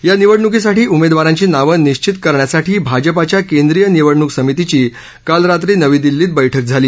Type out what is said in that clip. या निवडणूकीसाठी उमेदवारांची नावं निश्चित करण्यासाठी भाजपाच्या केंद्रीय निवडणूक समितीची काल रात्री नवी दिल्ली िंग बैठक झाली